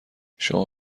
شما